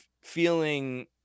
feeling